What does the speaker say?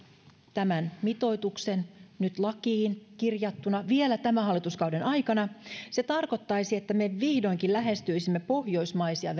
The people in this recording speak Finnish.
tämän mitoituksen nyt lakiin kirjattuna vielä tämän hallituskauden aikana se tarkoittaisi että me vihdoinkin lähestyisimme pohjoismaisia